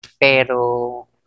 Pero